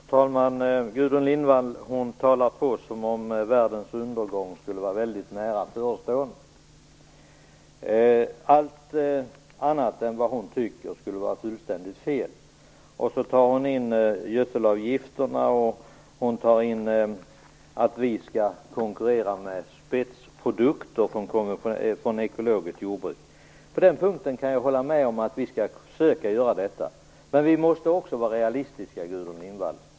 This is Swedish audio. Fru talman! Gudrun Lindvall talar på som om världens undergång skulle vara mycket nära förestående. Allt annat än det hon tycker är fullständigt fel. Sedan talar hon om gödselavgifterna och säger att vi skall konkurrera med spetsprodukter från ekologiskt jordbruk. Jag kan hålla med om att vi skall försöka göra detta. Men vi måste också vara realistiska, Gudrun Lindvall.